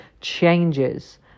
changes